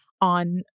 on